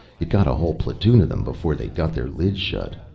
it got a whole platoon of them before they got their lid shut.